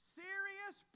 serious